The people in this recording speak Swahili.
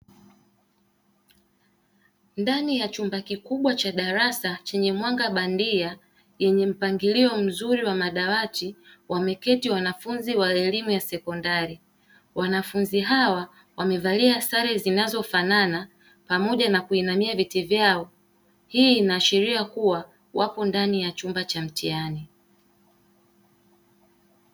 Ndani ya chumba kikubwa cha darasa chenye mwanga bandia yenye mpangilio mzuri wa madawati wameketi wanafunzi wa elimu ya sekondari, wanafunzi hawa wamevalia sare zinazofanana pamoja na kuinamia viti vyao hii inaashiria kuwa wako kwenye chumba cha mtihani.